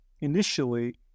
initially